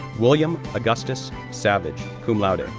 william augustus savage, cum laude,